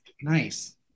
Nice